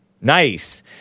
Nice